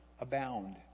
abound